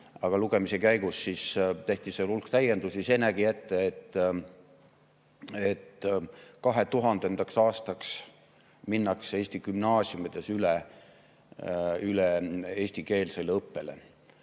Aga lugemise käigus tehti seal hulk täiendusi. See nägi ette, et 2000. aastaks minnakse Eesti gümnaasiumides üle eestikeelsele õppele.